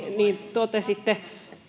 totesitte